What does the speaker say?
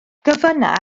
gofynna